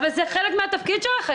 אבל זה חלק מן התפקיד שלכם.